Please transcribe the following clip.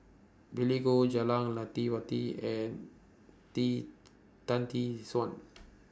Billy Koh Jah Lelawati and Tee Tan Tee Suan